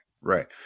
Right